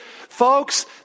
Folks